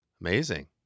Amazing